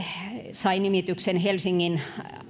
sai nimityksen helsingin